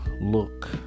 look